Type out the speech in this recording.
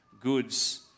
goods